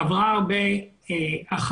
עברה הרבה הכנה,